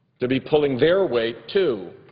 to be pulling their weight, too,